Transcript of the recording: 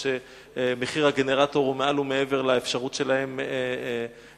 משום שמחיר הגנרטור הוא מעל ומעבר לאפשרות שלהם להתקיים.